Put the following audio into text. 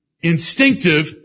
instinctive